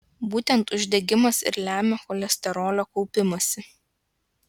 būtent uždegimas ir lemia cholesterolio kaupimąsi